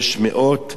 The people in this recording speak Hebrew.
יש מאות.